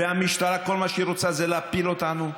והמשטרה, כל מה שהיא רוצה זה להפיל אותנו,